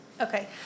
Okay